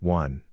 one